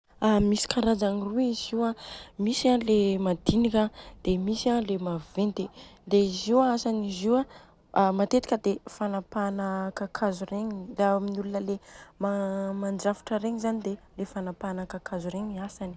Misy karazagny roi izy io an: misy an le madinika an dia misy an le maventy. Dia izy io an asan'izy io an matetika dia fanapahana kakazo regny. A amin'ny olona le mandrafitra regny zany dia fanapahana kakazo regny zany asany.